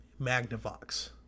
Magnavox